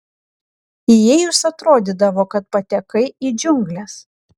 įėjus atrodydavo kad patekai į džiungles